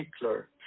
Hitler